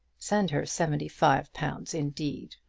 send her seventy-five pounds indeed,